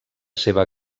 seva